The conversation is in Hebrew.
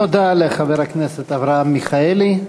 תודה לחבר הכנסת אברהם מיכאלי.